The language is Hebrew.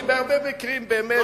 כי בהרבה מקרים הוא באמת,